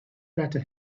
better